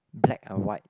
black and white